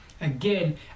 again